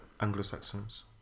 Anglo-Saxons